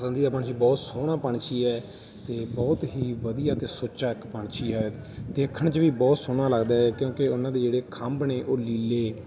ਪਸੰਦੀਦਾ ਪੰਛੀ ਬਹੁਤ ਸੋਹਣਾ ਪੰਛੀ ਹੈ ਅਤੇ ਬਹੁਤ ਹੀ ਵਧੀਆ ਅਤੇ ਸੁੱਚਾ ਇੱਕ ਪੰਛੀ ਹੈ ਦੇਖਣ 'ਚ ਵੀ ਬਹੁਤ ਸੋਹਣਾ ਲੱਗਦਾ ਹੈ ਕਿਉਂਕਿ ਉਹਨਾਂ ਦੇ ਜਿਹੜੇ ਖੰਭ ਨੇ ਉਹ ਨੀਲੇ